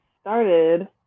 started